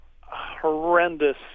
horrendous